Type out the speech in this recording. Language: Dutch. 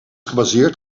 gebaseerd